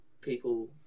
people